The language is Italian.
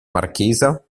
marchesa